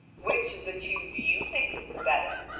which of the two do you think is the better?